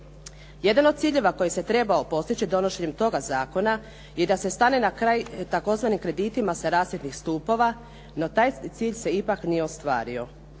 Jedan od ciljeva koji se trebao postići donošenjem toga zakona je da se stane na kraj tzv. kreditima sa rasvjetnih stupova, no taj cilj se ipak nije ostvario.